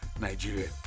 Nigeria